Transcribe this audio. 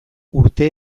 urte